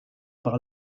par